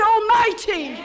Almighty